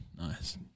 Nice